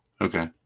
Okay